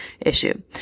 issue